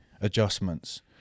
adjustments